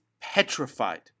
petrified